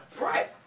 Right